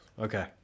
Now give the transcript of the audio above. okay